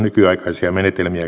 montun laidalle